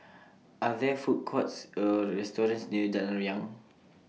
Are There Food Courts Or restaurants near Jalan Riang